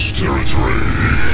territory